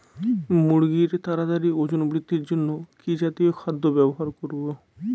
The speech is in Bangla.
মুরগীর তাড়াতাড়ি ওজন বৃদ্ধির জন্য কি জাতীয় খাদ্য ব্যবহার করব?